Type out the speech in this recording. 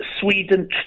sweden